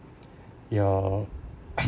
your